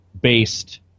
based